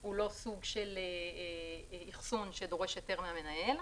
הוא לא סוג של אחסון שדורש היתר מהמנהל.